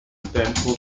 tempo